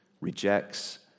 rejects